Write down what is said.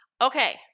Okay